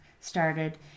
started